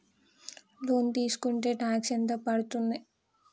Loan తీస్కుంటే tax ఎంత పడ్తుంది?